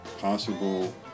possible